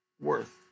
worth